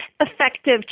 effective